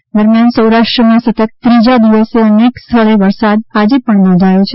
વરસાદ સૌરાષ્ટ્રમાં સતત ત્રીજા દિવસે અનેક સ્થળે વરસાદ આજે પણ નોંધાયો છે